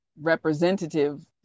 representative